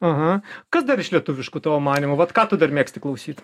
aha kas dar iš lietuviškų tavo manymu vat ką tu dar mėgsti klausyt